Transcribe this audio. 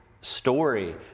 story